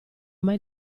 mai